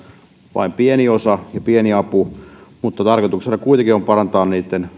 vain pieni osa ja pieni apu tarkoituksena kuitenkin on parantaa